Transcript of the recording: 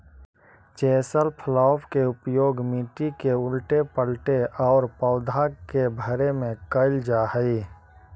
chisel plough के उपयोग मट्टी के उलऽटे पलऽटे औउर पौधा के भरे में कईल जा हई